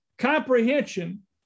comprehension